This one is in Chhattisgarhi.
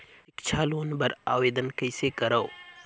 सिक्छा लोन बर आवेदन कइसे करव?